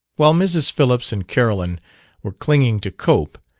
while mrs. phillips and carolyn were clinging to cope,